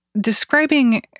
describing